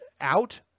out